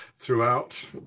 throughout